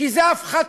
כי זה מהפחתת